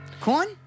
Corn